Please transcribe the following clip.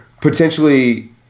potentially